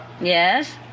Yes